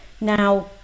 Now